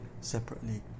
separately